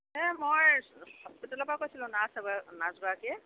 এই মই হস্পিতালৰ পৰা কৈছিলোঁ নাৰ্চ গৰাকীয়ে